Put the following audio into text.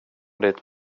ditt